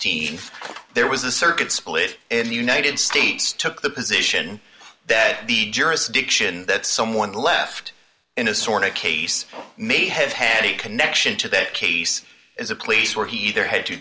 sixteen there was a circuit split in the united states took the position that the jurisdiction that someone left in a sort of case may have had a connection to that case is a place where he either had to